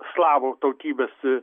slavų tautybės